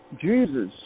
Jesus